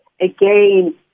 again